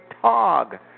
tog